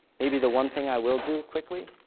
maybe the one thing i will do quickly